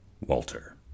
walter